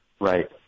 Right